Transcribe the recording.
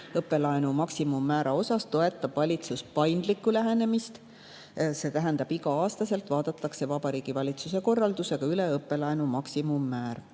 Õppelaenu maksimummäära küsimuses toetab valitsus paindlikku lähenemist. See tähendab, et iga aasta vaadatakse Vabariigi Valitsuse korraldusega üle õppelaenu maksimummäär.